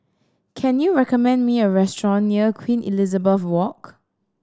can you recommend me a restaurant near Queen Elizabeth Walk